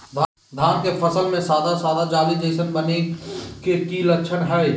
धान के फसल में सादा सादा जाली जईसन बने के कि लक्षण हय?